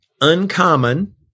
uncommon